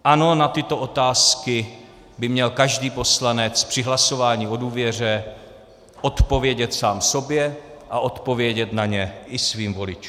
Ano, na tyto otázky by měl každý poslanec při hlasování o důvěře odpovědět sám sobě a odpovědět na ně i svým voličům.